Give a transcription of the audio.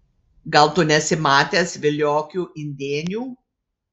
gal tu nesi matęs viliokių indėnių